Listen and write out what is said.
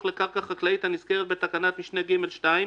לקרקע החקלאית הנזכרת בתקנת משנה (ג)(2),